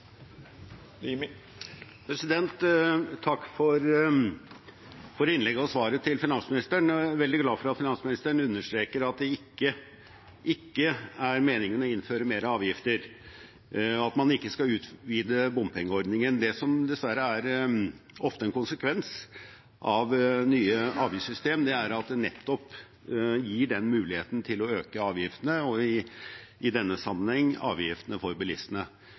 Takk for innlegget og svaret til finansministeren. Jeg er veldig glad for at finansministeren understreker at det ikke er meningen å innføre mer avgifter, og at man ikke skal utvide bompengeordningen. Det som dessverre ofte er en konsekvens av nye avgiftssystem, er at det nettopp gir den muligheten til å øke avgiftene, og i denne sammenheng avgiftene for bilistene.